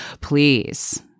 please